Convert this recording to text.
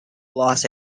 los